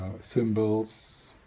symbols